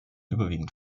überwiegend